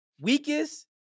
weakest